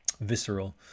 visceral